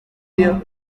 día